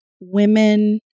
women